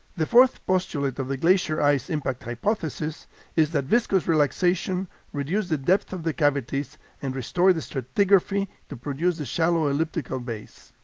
the fourth postulate of the glacier ice impact hypothesis is that viscous relaxation reduced the depth of the cavities and restored the stratigraphy to produce the shallow elliptical bays.